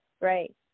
right